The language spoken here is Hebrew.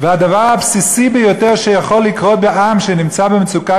והדבר הבסיסי ביותר שיכול לקרות בעם שנמצא במצוקה